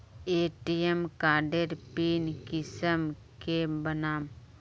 ATM कार्डेर PIN कुंसम के बनाम?